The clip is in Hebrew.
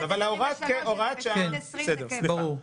בסדר, סליחה.